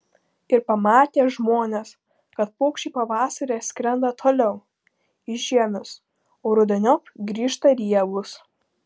ir pamatė žmonės kad paukščiai pavasarį skrenda toliau į žiemius o rudeniop grįžta riebūs